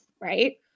Right